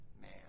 man